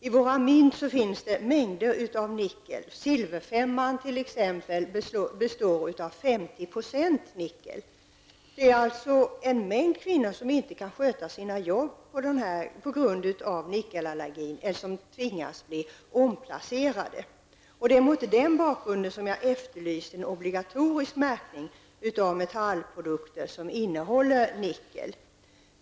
I våra mynt finns det mängder av nickel. T.ex. silverfemman består av 50 % nickel. En mängd kvinnor kan alltså inte sköta sina arbeten på grund av nickelallergi, eller tvingas bli omplacerade. Det är mot den bakgrunden som jag efterlyser en obligatorisk märkning av metallprodukter som innehåller nickel.